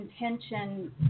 intention